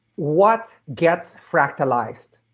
what gets fractalized?